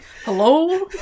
Hello